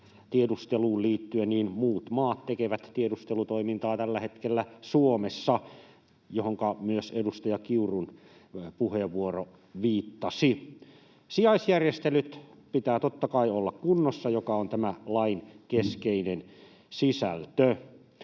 tiedusteluun liittyen, niin muut maat tekevät tiedustelutoimintaa tällä hetkellä Suomessa, mihinkä myös edustaja Kiurun puheenvuoro viittasi. Sijaisjärjestelyjen pitää totta kai olla kunnossa, mikä on tämä lain keskeinen sisältö.